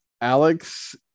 Alex